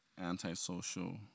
antisocial